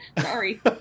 sorry